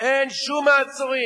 אין שום מעצורים,